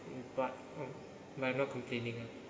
but mm I'm not complaining ah